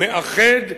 מאחד השורות,